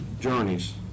journeys